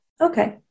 okay